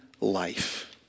Life